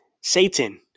Satan